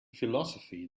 philosophy